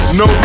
no